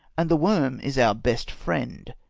and the worm is our best friend.